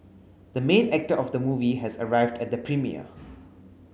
the main actor of the movie has arrived at the premiere